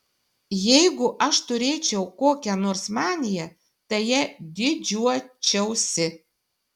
jeigu aš turėčiau kokią nors maniją tai ja didžiuočiausi